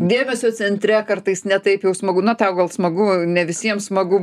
dėmesio centre kartais ne taip jau smagu na tau gal smagu ne visiems smagu